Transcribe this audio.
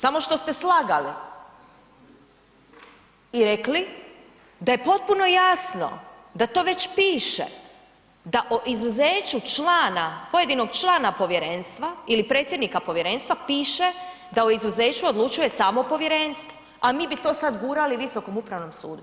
Samo što ste slagali i rekli da je potpuno jasno da to već piše da o izuzeću člana, pojedinog člana povjerenstva ili predsjednika povjerenstva piše da o izuzeću odlučuje samo povjerenstvo, a mi bi to sada gurali Visokom upravom sudu.